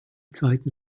zweiten